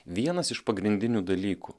vienas iš pagrindinių dalykų